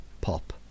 pop